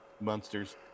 monsters